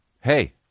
Hey